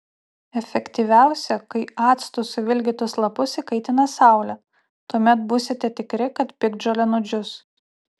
efektyviausia kai actu suvilgytus lapus įkaitina saulė tuomet būsite tikri kad piktžolė nudžius